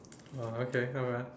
oh okay not bad